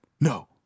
No